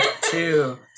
two